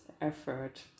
effort